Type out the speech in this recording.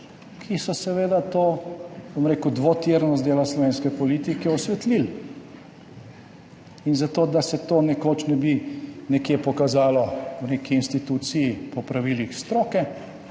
ki so seveda to, bom rekel, dvotirnost dela slovenske politike osvetlili, in zato, da se to nekoč ne bi nekje pokazalo v neki instituciji po pravilih stroke,